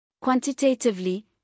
Quantitatively